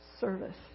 service